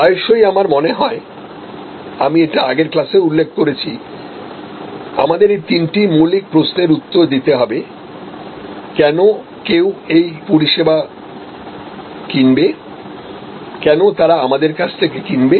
প্রায়শই আমার মনে হয় আমি এটিআগেরক্লাসেও উল্লেখ করেছি আমাদের এই তিনটি মৌলিক প্রশ্নের উত্তর দিতে হবে কেনকেউ এই পরিষেবা কেনাবে কেন তারা আমাদের কাছ থেকে কিনবে